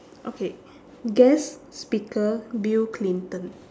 okay guest speaker bill clinton